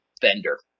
vendor